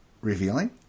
revealing